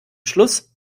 schluss